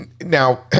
Now